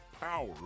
power